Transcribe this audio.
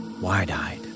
wide-eyed